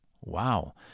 Wow